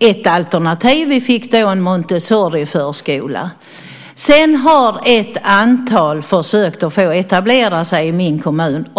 ett alternativ. Vi fick då en Montessoriförskola. Sedan har ett antal försökt att få etablera sig i min hemkommun.